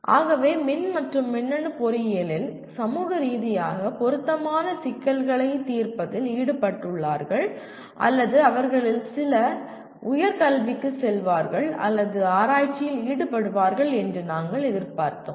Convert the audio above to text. ஆகவே மின் மற்றும் மின்னணு பொறியியலில் சமூக ரீதியாக பொருத்தமான சிக்கல்களைத் தீர்ப்பதில் ஈடுபட்டுள்ளார்கள் அல்லது அவர்களில் சிலர் உயர் கல்விக்குச் செல்வார்கள் அல்லது ஆராய்ச்சியில் ஈடுபடுவார்கள் என்று நாங்கள் எதிர்பார்க்கிறோம்